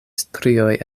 strioj